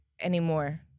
anymore